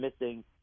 missing